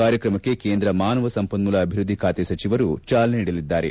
ಕಾರ್ಯಕ್ರಮಕ್ಕೆ ಕೇಂದ್ರ ಮಾನವ ಸಂಪನ್ನೂಲ ಅಭಿವ್ಯದ್ಲಿ ಬಾತೆ ಸಚಿವರು ಚಾಲನೆ ನೀಡಲಿದ್ದಾರೆ